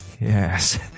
Yes